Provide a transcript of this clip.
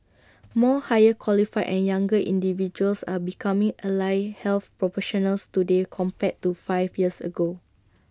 more higher qualified and younger individuals are becoming allied health proportionals today compared to five years ago